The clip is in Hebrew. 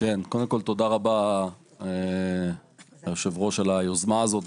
תודה רבה אדוני היושב ראש על היוזמה הזאת,